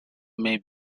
may